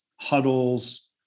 huddles